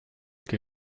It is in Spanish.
que